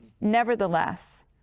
nevertheless